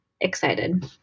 excited